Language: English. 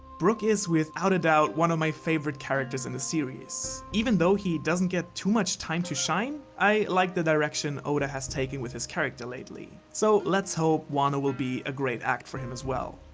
brook is without a doubt one of my favorite character in the series. even though he doesn't get too much time to shine, i like the direction oda has taken with his character lately. so, let's hope wano will be a great arc for him as well.